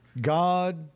God